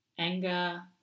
Anger